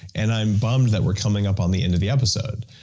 and i'm bummed that we're coming up on the end of the episode.